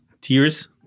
Tears